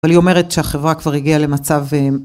אבל היא אומרת שהחברה כבר הגיעה למצב